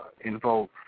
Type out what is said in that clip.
involved